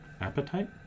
appetite